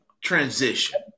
transition